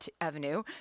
avenue